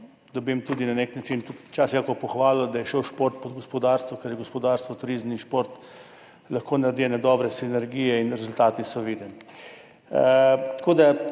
dobim na nek način včasih tudi kakšno pohvalo, da je šel šport pod gospodarstvo, ker gospodarstvo, turizem in šport lahko naredijo dobre sinergije in rezultati so vidni.